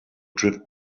drift